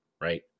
right